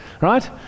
Right